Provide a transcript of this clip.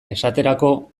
esaterako